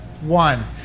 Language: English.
one